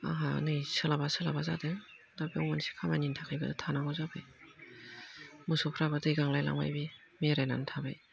आंहा नै सोलाबा सोलाबा जादों दा बेयाव मोनसे खामानिनि थाखायबो थानांगौ जाबाय मोसौफ्राबा दै गांलायलांबाय बे बेरायनानै थाबाय